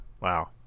Wow